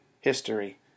history